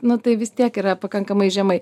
nu tai vis tiek yra pakankamai žemai